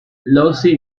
lucy